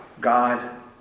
God